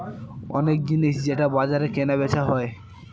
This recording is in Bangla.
অনেক জিনিস যেটা বাজারে কেনা বেচা হয়